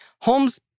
Holmes